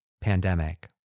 pandemic